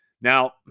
Now